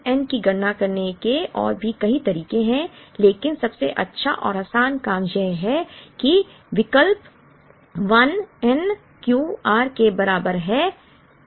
अब इस n की गणना करने के और भी कई तरीके हैं लेकिन सबसे अच्छा और आसान काम यह है कि विकल्प 1 n Q r के बराबर है